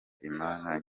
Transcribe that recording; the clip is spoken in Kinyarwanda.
imana